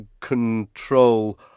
control